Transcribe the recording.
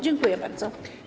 Dziękuję bardzo.